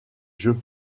jeux